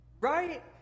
Right